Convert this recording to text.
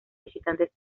visitantes